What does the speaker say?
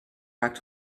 back